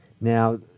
Now